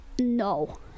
No